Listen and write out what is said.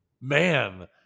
Man